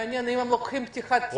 מעניין אם הם לוקחים פתיחת תיק.